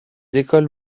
écoles